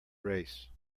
race